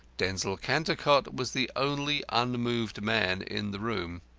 denzil cantercot was the only unmoved man in the room.